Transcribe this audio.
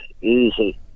Easy